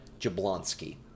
Jablonski